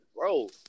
bro